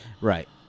Right